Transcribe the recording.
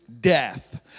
death